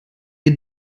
ihr